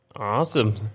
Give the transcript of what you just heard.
Awesome